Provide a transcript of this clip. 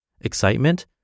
Excitement